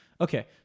Okay